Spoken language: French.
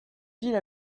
ville